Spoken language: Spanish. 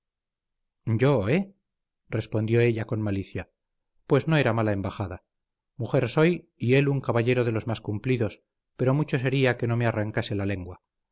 yo eh respondió ella con malicia pues no era mala embajada mujer soy y él un caballero de los más cumplidos pero mucho sería que no me arrancase la lengua